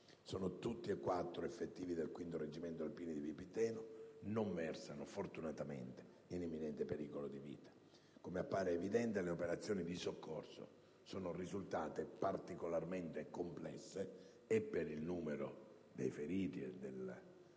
sono tutti effettivi al 5° Reggimento Alpini di Vipiteno e non versano fortunatamente in imminente pericolo di vita. Come appare evidente, le operazioni di soccorso sono risultate particolarmente complesse, sia per il numero di militari colpiti